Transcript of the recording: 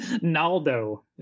Naldo